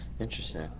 Interesting